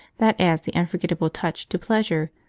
that adds the unforgettable touch to pleasure,